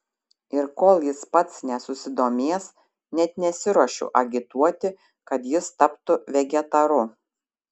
ir kol jis pats nesusidomės net nesiruošiu agituoti kad jis taptų vegetaru